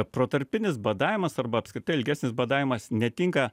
protarpinis badavimas arba apskritai ilgesnis badavimas netinka